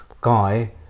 guy